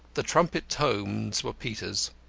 the trumpet tones were peter's.